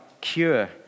cure